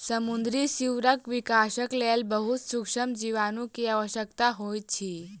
समुद्री सीवरक विकासक लेल बहुत सुक्ष्म जीवाणु के आवश्यकता होइत अछि